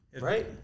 right